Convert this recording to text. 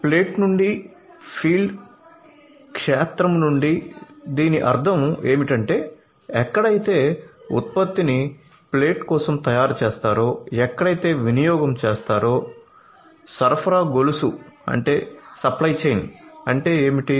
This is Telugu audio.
ప్లేట్ నుండి ఫీల్డ్ క్షేత్రం నుండి దీని అర్థం ఏమిటంటే ఎక్కడైతే ఉత్పత్తిని ప్లేట్ కోసం తయారు చేస్తారో ఎక్కడైతే వినియోగం చేస్తారో సరఫరా గొలుసు ఏమిటి